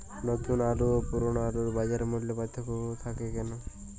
নতুন আলু ও পুরনো আলুর বাজার মূল্যে পার্থক্য থাকে কেন?